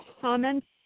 comments